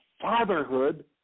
fatherhood